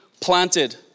planted